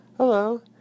Hello